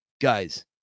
guys